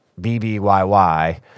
BBYY